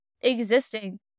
existing